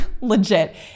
legit